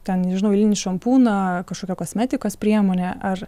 ten nežinau eilinį šampūną kažkokią kosmetikos priemonę ar